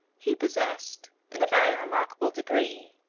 he possessed, in a very remarkable degree,